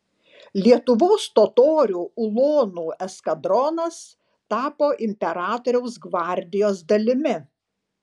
lietuvos totorių ulonų eskadronas tapo imperatoriaus gvardijos dalimi